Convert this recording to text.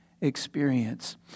experience